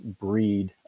breed